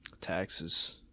taxes